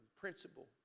principle